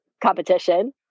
competition